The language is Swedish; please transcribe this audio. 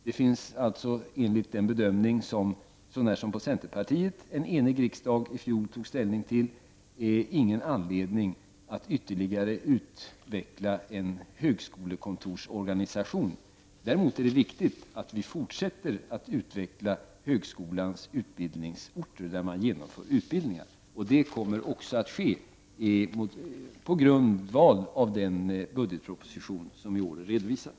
Det finns alltså enligt den bedömning som en enig riksdag så när som på centerpartiet tog ställning för ingen anledning att ytterligare utveckla en högskolekontorsorganisation. Däremot är det viktigt att vi fortsätter att utveckla högskolans utbildningsorter, de orter där man genomför utbildningar. Det kommer också att ske på grundval av den budgetproposition som har redovisats